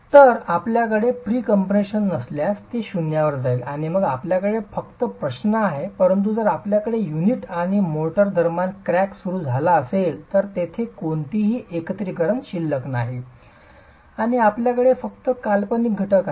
तर आपल्याकडे प्रीकम्प्रेशन नसल्यास हे शून्यावर जाईल आणि मग आपल्याकडे फक्त प्रश्न आहे परंतु जर आपल्याकडे युनिट आणि मोर्टार दरम्यान क्रॅक सुरू झाला असेल तर तेथे कोणतेही एकत्रीकरण शिल्लक नाही आणि आपल्याकडे फक्त काल्पनिक घटक आहे